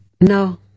No